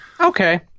okay